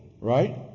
Right